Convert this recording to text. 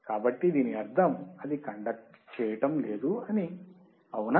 కాబట్టి దీని అర్థం అది కండక్ట్ చేయటం లేదని అవునా